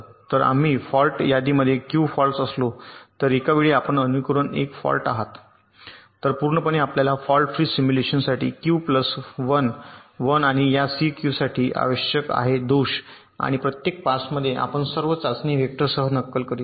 तर जर आम्ही फॉल्ट यादीमध्ये क्यू फॉल्टस असलो तर एका वेळी आपण अनुकरण 1 फॉल्ट आहात तर पूर्णपणे आपल्याला फॉल्ट फ्री सिम्युलेशनसाठी क्यू प्लस 1 1 आणि या क्यू साठी क्यू आवश्यक आहे दोष आणि प्रत्येक पासमध्ये आपण सर्व चाचणी वेक्टरसह नक्कल करीत आहात